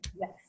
Yes